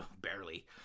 barely